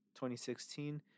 2016